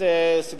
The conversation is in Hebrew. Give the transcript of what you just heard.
אני מוכרח להגיד,